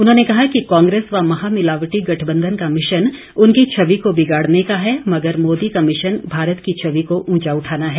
उन्होंने कहा कि कांग्रेस व महामिलावटी गठबंधन का मिशन उनकी छवि को बिगाड़ने का है मगर मोदी का मिशन भारत की छवि को ऊंचा उठाना है